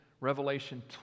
Revelation